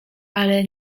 ale